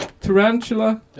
Tarantula